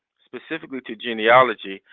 specifically to genealogy,